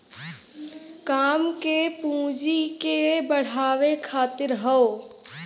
काम के पूँजी के बढ़ावे खातिर हौ